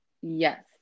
Yes